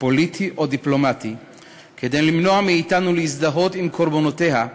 פוליטי או דיפלומטי כדי למנוע מאתנו להזדהות עם קורבנותיה,